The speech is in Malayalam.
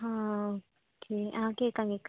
ആ ഓക്കെ ആ കേൾക്കാം കേൾക്കാം